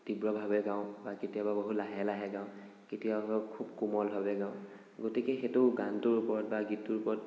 তীব্ৰভাৱে গাওঁ বা কেতিয়াবা বহুত লাহে লাহে গাওঁ কেতিয়াবা খুব কোমলভাৱে গাওঁ গতিকে সেইটো গানটোৰ ওপৰত বা গীতটোৰ ওপৰত